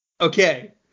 Okay